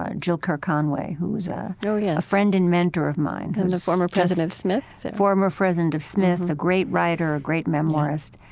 ah jill ker conway, who is ah so yeah a friend and mentor of mine, and the former president of smith former president of smith, a great writer, a great memoirist,